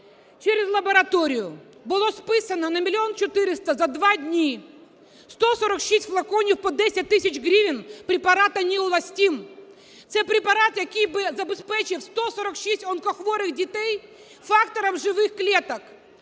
Через лабораторію було списано на мільйон чотириста за два дні 146 флаконів по 10 тисяч гривень препарату "Неуластим". Це препарат, який би забезпечив 146 онкохворих дітей фактором живих клеток,